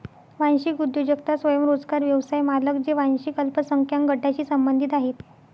वांशिक उद्योजकता स्वयंरोजगार व्यवसाय मालक जे वांशिक अल्पसंख्याक गटांशी संबंधित आहेत